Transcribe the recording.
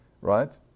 right